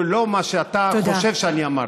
לא למה שאתה חושב שאני אמרתי.